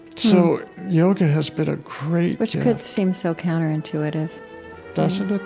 so yoga has been a great, which could seem so counter-intuitive doesn't ah